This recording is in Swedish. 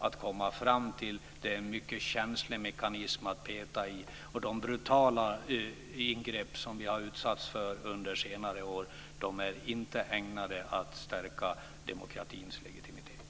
Det är en känslig mekanism att peta i. De brutala ingrepp som vi har utsatts för under senare år är inte ägnade att stärka demokratins legitimitet.